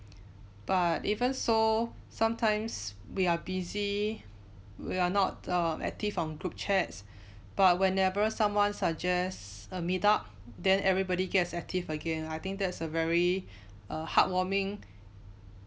but even so sometimes we're busy we're not uh active on group chats but whenever someone suggests a meet up then everybody gets active again I think that is a very a heartwarming